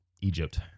Egypt